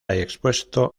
expuesto